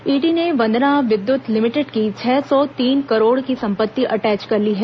ED ने Vandana Vidyut limited की छह सौ तीन करोड़ की संपत्ति अटैच कर ली है